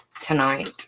tonight